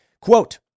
Quote